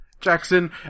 Jackson